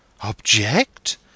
Object